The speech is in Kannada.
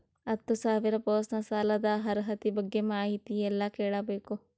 ಹತ್ತು ಸಾವಿರ ಪರ್ಸನಲ್ ಸಾಲದ ಅರ್ಹತಿ ಬಗ್ಗೆ ಮಾಹಿತಿ ಎಲ್ಲ ಕೇಳಬೇಕು?